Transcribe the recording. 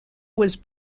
was